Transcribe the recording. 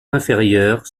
inférieur